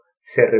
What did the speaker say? se